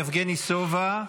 יבגני סובה.